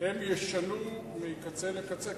הם ישנו מקצה לקצה,